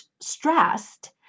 stressed